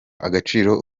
agaciro